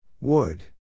Wood